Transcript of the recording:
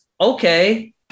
Okay